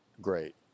great